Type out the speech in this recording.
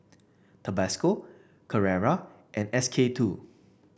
Tabasco Carrera and SK two